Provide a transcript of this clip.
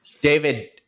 David